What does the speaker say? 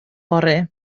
fory